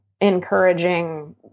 encouraging